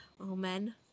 Amen